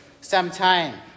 sometime